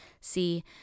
See